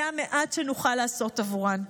זה המעט שנוכל לעשות עבורן.